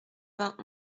vingt